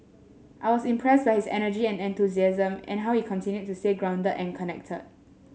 I was impressed by his energy and enthusiasm and how he continued to stay grounded and connected